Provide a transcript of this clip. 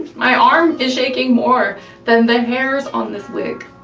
my arm is shaking more than the hairs on this wig.